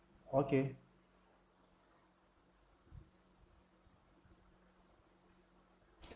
okay